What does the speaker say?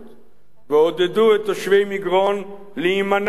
ועודדו את תושבי מגרון להימנע ממנה.